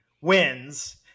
wins